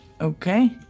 Okay